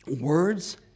words